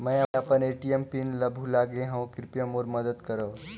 मैं अपन ATM PIN ल भुला गे हवों, कृपया मोर मदद करव